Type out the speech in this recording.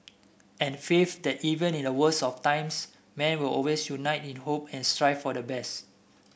and faith that even in the worst of times man will always unite in hope and strive for the best